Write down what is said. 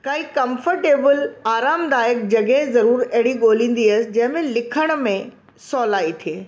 काई कंफर्टेबल आरामदायक जॻह ज़रूर ॻोल्हींदी हुयसि जंहिंमें लिखण में सवलाई थे